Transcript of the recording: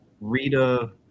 Rita